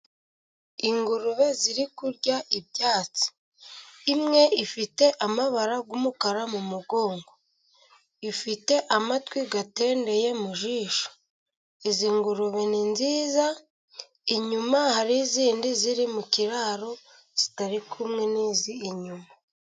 Ingurube ziri kurya ibyatsi, imwe ifite amabara y'umukara mu mugongo, ifite amatwi atendeye mu jisho. Izi ngurube ni nziza, inyuma hariho izindi ziri mu kiraro kitari kumwe n'izi inyuma.